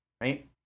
right